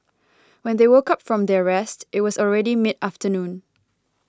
when they woke up from their rest it was already mid afternoon